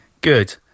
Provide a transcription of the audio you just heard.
Good